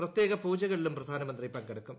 പ്രത്യേക പൂജകളിലും പ്രധാന മന്ത്രി പങ്കെടുക്കും